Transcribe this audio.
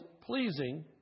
pleasing